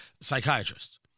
psychiatrists